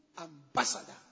ambassador